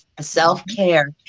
Self-care